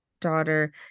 daughter